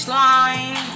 line